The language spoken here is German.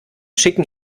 schicken